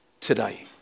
today